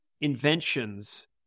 inventions